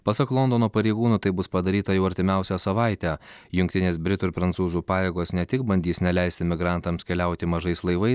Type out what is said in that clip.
pasak londono pareigūnų taip bus padaryta jau artimiausią savaitę jungtinės britų ir prancūzų pajėgos ne tik bandys neleisti migrantams keliauti mažais laivais